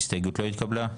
ההסתייגות לא התקבלה.